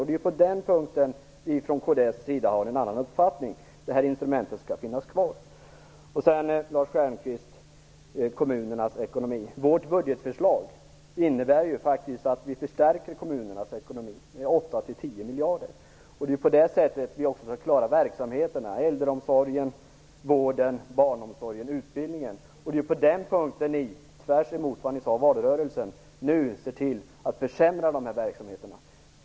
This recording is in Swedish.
Det är på den punkten som vi från kds har en avvikande uppfattning. Vi menar att detta instrument skall få finnas kvar. Vad sedan gäller kommunernas ekonomi, Lars Stjernkvist, vill jag säga att vårt budgetförslag faktiskt innebär att vi förstärker kommunernas ekonomi med 8-10 miljarder. Det är på det sättet som vi skall klara verksamheterna: äldreomsorgen, vården, barnomsorgen och utbildningen. Nu försämrar ni dessa verksamheter, tvärtemot vad ni sade under valrörelsen.